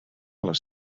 les